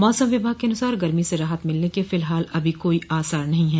मौसम विभाग के अनुसार गर्मी से राहत मिलने के फिलहाल अभी कोई आसार नहीं है